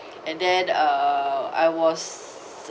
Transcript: and then uh I was